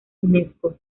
unesco